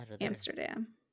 Amsterdam